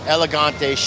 Elegante